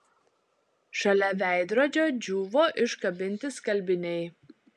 šalia veidrodžio džiūvo iškabinti skalbiniai